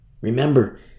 Remember